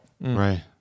Right